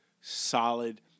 solid